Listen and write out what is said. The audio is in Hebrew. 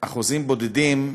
אחוזים בודדים,